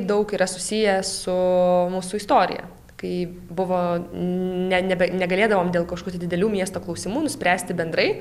daug yra susiję su mūsų istorija kai buvo ne nebe negalėdavom dėl kažkokių didelių miesto klausimų nuspręsti bendrai